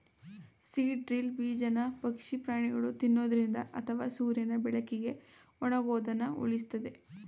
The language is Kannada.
ಸೀಡ್ ಡ್ರಿಲ್ ಬೀಜನ ಪಕ್ಷಿ ಪ್ರಾಣಿಗಳು ತಿನ್ನೊದ್ರಿಂದ ಅಥವಾ ಸೂರ್ಯನ ಬೆಳಕಿಗೆ ಒಣಗೋದನ್ನ ಉಳಿಸ್ತದೆ